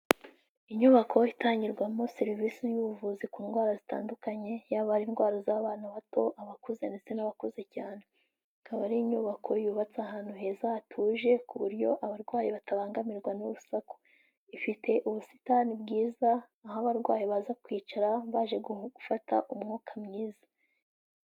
Inyubako itangirwamo serivisi y'ubuvuzi ku ndwara zitandukanye yaba indwara z'abana bato, abakuze ndetse n'abakuze cyane. Ikaba ari inyubako yubatse ahantu heza hatuje ku buryo abarwayi batabangamirwa n'urusaku, ifite ubusitani bwiza aho abarwayi baza kwicara baje gufata umwuka mwiza.